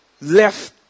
left